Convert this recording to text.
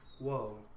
whoa